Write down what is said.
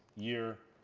year,